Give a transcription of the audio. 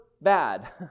bad